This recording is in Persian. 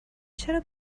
چرا